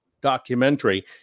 documentary